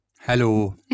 Hello